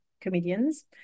comedians